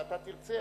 ואתה תרצה,